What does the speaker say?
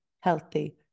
healthy